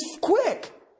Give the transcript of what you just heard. quick